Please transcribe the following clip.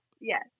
yes